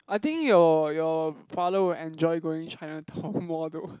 I think your your father will enjoy going Chinatown more though